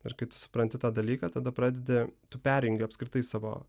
ir kai tu supranti tą dalyką tada pradedi tu perjungi apskritai savo